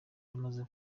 amaze